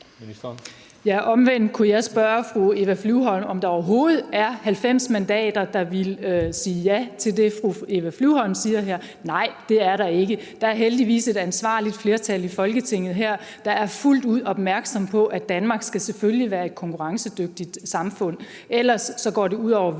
Omvendt kan jeg spørge fru Eva Flyvholm, om der overhovedet er 90 mandater, der vil sige ja til det, fru Eva Flyvholm siger her. Nej, det er der ikke. Der er heldigvis et ansvarligt flertal her i Folketinget, der er fuldt ud opmærksom på, at Danmark selvfølgelig skal være et konkurrencedygtigt samfund. Ellers går det ud over væksten i det